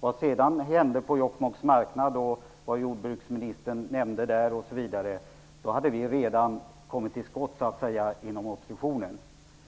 Vad som sedan hände på Jokkmokks marknad och vad jordbruksministern nämnde där spelar ingen roll; vi hade redan kommit till skott inom oppositionen.